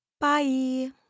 Bye